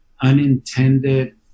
unintended